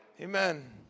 Amen